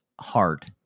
hard